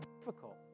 difficult